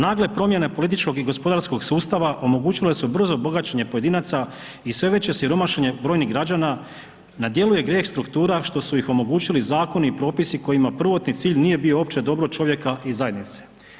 Nagle promjene političkog i gospodarskog sustava omogućile su brzo bogaćenje pojedinaca i sve veće siromašenje brojnih građana na djelu je grijeh struktura što su ih omogućili zakoni i propisi kojima prvotni cilj nije bio opće dobro čovjeka i zajednice“